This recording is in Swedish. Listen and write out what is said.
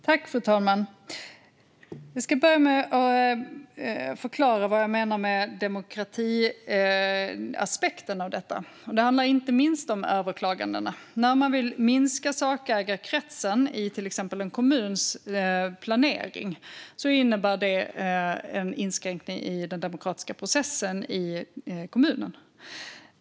Fru talman! Jag ska börja med att förklara vad jag menar med demokratiaspekten av detta. Det handlar inte minst om överklagandena. När man vill minska sakägarkretsen i till exempel en kommuns planering innebär det en inskränkning i den demokratiska processen i kommunen.